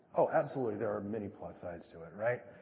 oh, absolutely there are many plus sides to it, right?